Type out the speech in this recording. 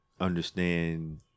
understand